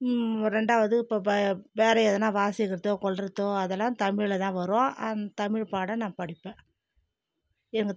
ரெண்டாவது இப்ப வே வேறே எதனா வாசிக்கிறதோ கொள்வதோ அதெல்லாம் தமிழில்தான் வரும் தமிழ் பாடம் நான் படிப்பேன் எங்கள்